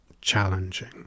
challenging